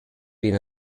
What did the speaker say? been